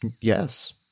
Yes